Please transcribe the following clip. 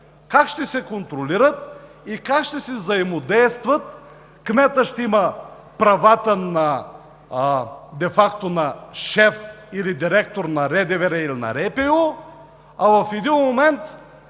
Как ще се контролират и как ще си взаимодействат? Кметът ще има правата де факто на шеф или директор на РДВР, или на РПУ. В следващия момент